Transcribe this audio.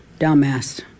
dumbass